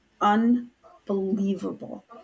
unbelievable